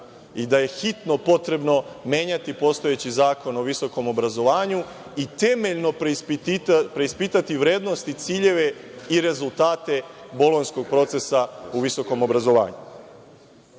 i da je hitno potrebno menjati postojeći Zakon o visokom obrazovanju i temeljno preispitati vrednost i ciljeve i rezultate bolonjskog procesa u visokom obrazovanju. Mi